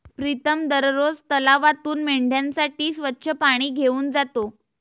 प्रीतम दररोज तलावातून मेंढ्यांसाठी स्वच्छ पाणी घेऊन जातो